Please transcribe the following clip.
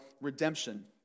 redemption